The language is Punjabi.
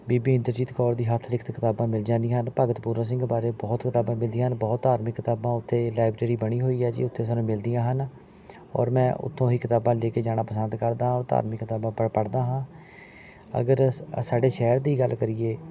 ਬੀਬੀ ਇੰਦਰਜੀਤ ਕੌਰ ਦੀ ਹੱਥ ਲਿਖਤ ਕਿਤਾਬਾਂ ਮਿਲ ਜਾਂਦੀਆਂ ਹਨ ਭਗਤ ਪੂਰਨ ਸਿੰਘ ਬਾਰੇ ਬਹੁਤ ਕਿਤਾਬਾਂ ਮਿਲਦੀਆਂ ਹਨ ਬਹੁਤ ਧਾਰਮਿਕ ਕਿਤਾਬਾਂ ਉੱਥੇ ਲਾਇਬ੍ਰੇਰੀ ਬਣੀ ਹੋਈ ਹੈ ਜੀ ਉੱਥੇ ਸਾਨੂੰ ਮਿਲਦੀਆਂ ਹਨ ਔਰ ਮੈਂ ਉੱਥੋਂ ਹੀ ਕਿਤਾਬਾਂ ਲੈ ਕੇ ਜਾਣਾ ਪਸੰਦ ਕਰਦਾ ਹਾਂ ਧਾਰਮਿਕ ਕਿਤਾਬਾਂ ਪ ਪੜ੍ਹਦਾ ਹਾਂ ਅਗਰ ਸ ਸਾਡੇ ਸ਼ਹਿਰ ਦੀ ਗੱਲ ਕਰੀਏ